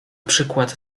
przykład